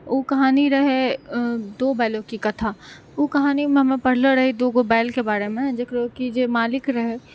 उ कहानी रहै दो बैलो की कथा उ कहानीमे हम पढ़ले रही दुगो बैलके बारेमे जकरा की जे मालिक रहै